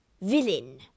Villain